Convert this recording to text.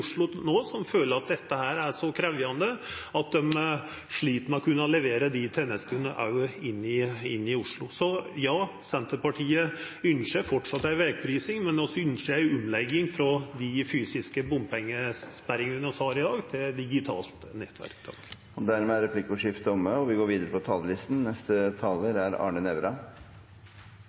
Oslo no som føler at dette er så krevjande at dei slit med å kunna levera dei tenestene. Så ja, Senterpartiet ønskjer fortsatt ei vegprising, men vi ønskjer ei omlegging frå dei fysiske bomspengesperringane vi har i dag, til eit digitalt nettverk. Replikkordskiftet er omme. Hvordan ønsker vi at samfunnet vårt skal se ut i årene framover? Det er